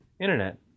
Internet